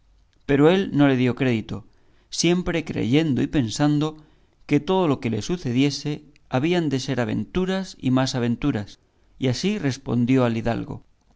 pero él no le dio crédito siempre creyendo y pensando que todo lo que le sucediese habían de ser aventuras y más aventuras y así respondió al hidalgo